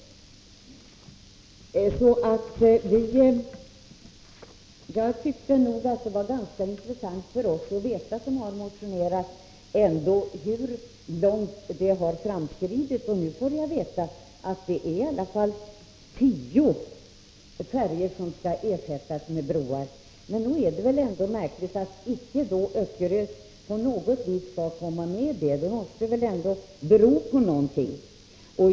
Jag tyckte att det skulle vara ganska intressant för oss som har motionerat att höra hur långt frågan har framskridit. Nu får jag veta att tio färjor skall ersättas med broar, men nog är det väl märkligt att Öckerö inte finns med i det sammanhanget. Det måste väl bero på någonting.